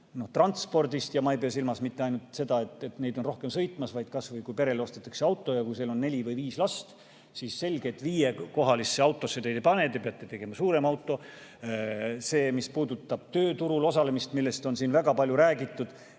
transpordist – ja ma ei pea silmas mitte ainult seda, et neid on rohkem sõitmas, vaid kas või kui perele ostetakse auto ja kui seal on neli või viis last, siis selge, et viiekohalisse autosse neid ei pane, te peate [ostma] suurema auto. See, mis puudutab tööturul osalemist, millest on siin väga palju räägitud,